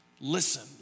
listen